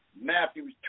Matthew